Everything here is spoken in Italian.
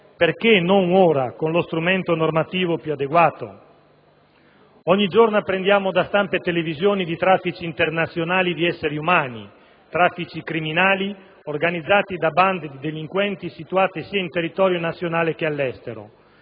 Perché non ora, con lo strumento normativo più adeguato? Inoltre, ogni giorno apprendiamo da stampa e televisioni di traffici internazionali di esseri umani, traffici criminali, organizzati da bande di delinquenti situate sia in territorio nazionale che all'estero,